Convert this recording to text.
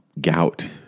gout